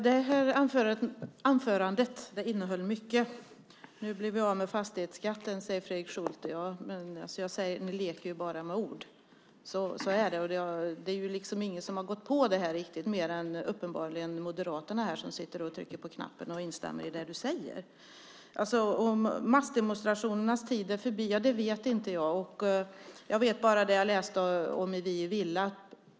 Herr talman! Det här anförandet innehöll mycket. Nu blir vi av med fastighetsskatten, säger Fredrik Schulte. Men jag säger att ni bara leker med ord. Så är det. Det är ingen som har gått på det riktigt mer än uppenbarligen Moderaterna som trycker på knappen och instämmer i det du säger. Om massdemonstrationernas tid är förbi vet jag inte. Jag vet bara det jag läste om i Vi i Villa.